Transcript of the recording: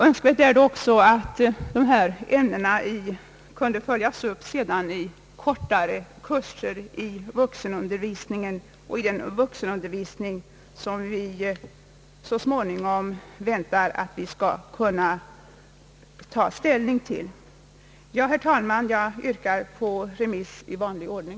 Önskvärt är också att dessa ämnen kunde följas upp i kortare kurser inom vuxenundervisningen, den vuxenundervisning som vi så småningom väntar att kunna ta ställning till. Herr talman, jag yrkar remiss i vanlig ordning.